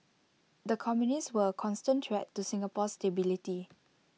the communists were A constant threat to Singapore's stability